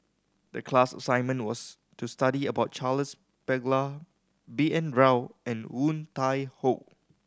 the class assignment was to study about Charles Paglar B N Rao and Woon Tai Ho